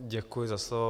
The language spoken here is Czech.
Děkuji za slovo.